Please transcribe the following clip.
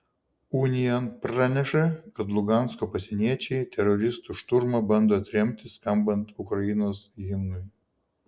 unian praneša kad lugansko pasieniečiai teroristų šturmą bando atremti skambant ukrainos himnui